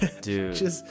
Dude